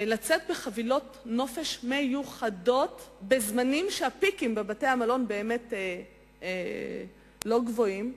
לצאת בחבילות נופש מיוחדות בזמנים שה"פיקים" בבתי-המלון באמת לא גבוהים,